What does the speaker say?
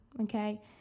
okay